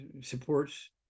supports